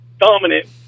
dominant